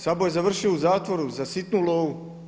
Sabo je završio u zatvoru za sitnu lovu.